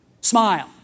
Smile